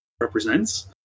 represents